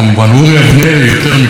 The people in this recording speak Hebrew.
יותר מכל דבר אחר,